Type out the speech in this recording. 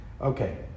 Okay